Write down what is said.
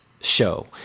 show